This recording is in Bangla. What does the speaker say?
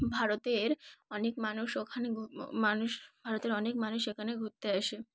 ভারতের অনেক মানুষ ওখানে মানুষ ভারতের অনেক মানুষ এখানে ঘুরতে আসে